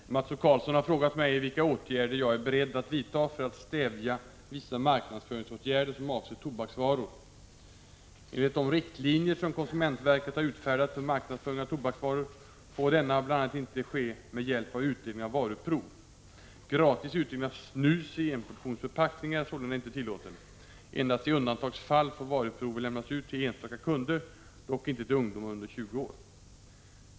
Fru talman! Mats O Karlsson har frågat mig vilka åtgärder jag är beredd att vidta för att stävja vissa marknadsföringsåtgärder som avser tobaksvaror. Enligt de riktlinjer som konsumentverket har utfärdat för marknadsföring av tobaksvaror får denna bl.a. inte ske med hjälp av utdelning av varuprov. Gratis utdelning av snus i enportionsförpackningar är sålunda inte tillåten. Endast i undantagsfall får varuprover lämnas ut till enstaka konsumenter, dock inte till ungdomar under 20 år.